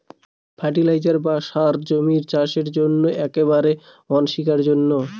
fertiliser বা সার জমির চাষের জন্য একেবারে অনস্বীকার্য